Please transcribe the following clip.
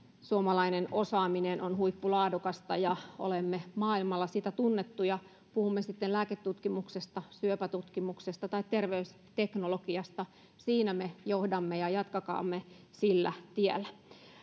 suomalainen osaaminen on huippulaadukasta ja olemme maailmalla siitä tunnettuja puhumme sitten lääketutkimuksesta syöpätutkimuksesta tai terveysteknologiasta siinä me johdamme ja jatkakaamme sillä tiellä